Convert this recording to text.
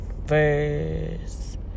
verse